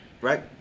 Right